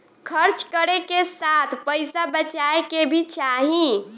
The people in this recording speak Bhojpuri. खर्च करे के साथ पइसा बचाए के भी चाही